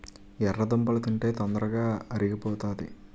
ఎర్రదుంపలు తింటే తొందరగా అరిగిపోతాది